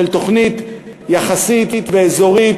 תוכנית יחסית ואזורית,